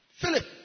Philip